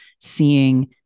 seeing